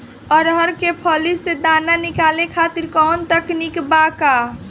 अरहर के फली से दाना निकाले खातिर कवन तकनीक बा का?